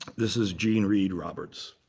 this is jean reed roberts,